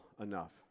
enough